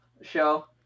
show